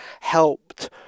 helped